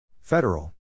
Federal